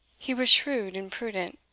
he was shrewd and prudent,